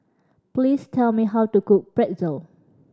please tell me how to cook Pretzel